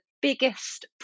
biggest